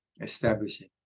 establishing